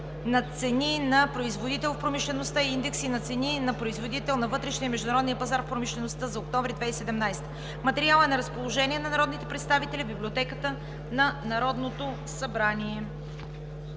на цени на производител в промишлеността и индекси на цени и на производител на вътрешния и международния пазар в промишлеността за октомври 2017 г. Материалът е на разположение на народните представители в Библиотеката на Народното събрание.